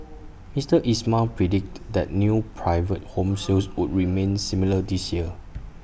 Mister Ismail predicted that new private home sales would remain similar this year